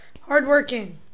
Hardworking